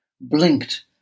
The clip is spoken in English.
blinked